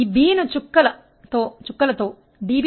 B 120E2dV